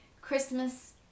Christmas